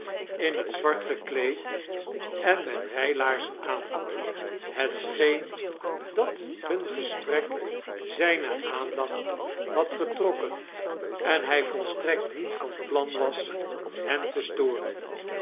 in het zwart geklead en met rijlaarzem aan het scheem dat hum gespnek zijne aandacht had getrokkem en hij volstrekt niet van plan was hem te storem